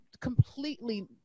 completely